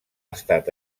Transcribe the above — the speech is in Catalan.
estat